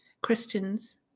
Christians